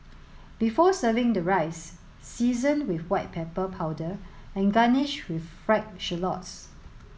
before serving the rice season with white pepper powder and garnish with fried shallots